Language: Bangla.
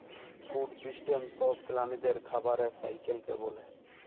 ফুড সিস্টেম ছব প্রালিদের খাবারের সাইকেলকে ব্যলে